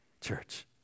Church